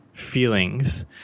feelings